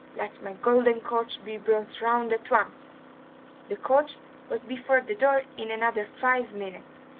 let my golden coach be brought round at once the coach was before the door in another five minutes,